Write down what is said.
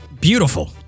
beautiful